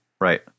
right